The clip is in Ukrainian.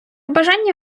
бажання